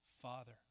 father